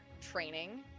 training